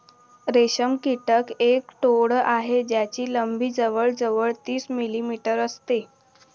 रेशम कीटक एक टोळ आहे ज्याची लंबी जवळ जवळ तीस मिलीमीटर असते